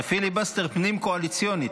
זה פיליבסטר פנים-קואליציוני,